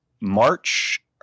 March